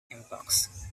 impacts